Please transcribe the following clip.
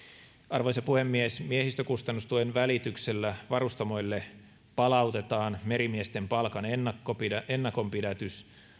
arvoisa puhemies miehistökustannustuen välityksellä varustamoille palautetaan merimiesten palkan ennakonpidätys ennakonpidätys